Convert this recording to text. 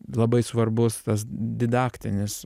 labai svarbus tas didaktinis